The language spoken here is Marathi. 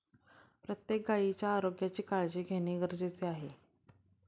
प्रत्येक गायीच्या आरोग्याची काळजी घेणे गरजेचे आहे